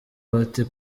bati